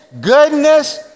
goodness